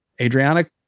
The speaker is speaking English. Adriana